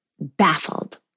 baffled